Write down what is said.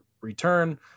return